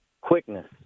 quickness